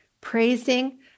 praising